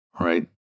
right